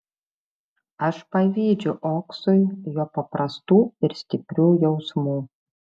aš pavydžiu oksui jo paprastų ir stiprių jausmų